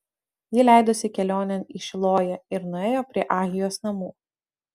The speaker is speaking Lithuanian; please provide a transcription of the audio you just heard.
ji leidosi kelionėn į šiloją ir nuėjo prie ahijos namų